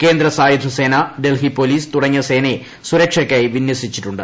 കേന്ദ്ര സായുധ സേന ഡൽഹി പൊലീസ് ് തുടങ്ങിയ സേനയെ സുരക്ഷയ്ക്കായി വിന്യസിച്ചിട്ടുണ്ട്